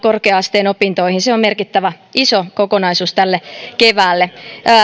korkea asteen opintoihin se on merkittävä iso kokonaisuus tälle keväälle